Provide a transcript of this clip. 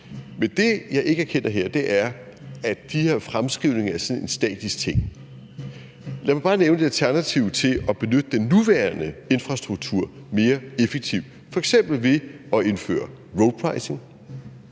Men det, jeg ikke anerkender her, er, at de her fremskrivninger er sådan en statisk ting. Lad mig bare nævne nogle alternativer i forhold til at benytte det nuværende infrastruktur mere effektivt. Det er f.eks. ved at indføre roadpricing,